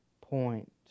point